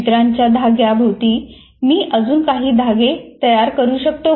चित्रांच्या धाग्यात भोवती मी अजून काही धागे तयार करू शकतो का